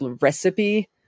recipe